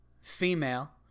female